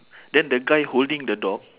then the guy holding the dog